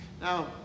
now